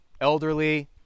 elderly